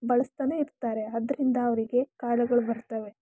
ಬಳ್ಸ್ತಾನೆ ಇರ್ತಾರೆ ಅದರಿಂದ ಅವರಿಗೆ ಕಾಯಿಲೆಗಳು ಬರ್ತವೆ